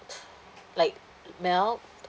like melt